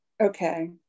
okay